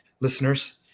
listeners